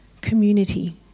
Community